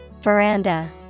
Veranda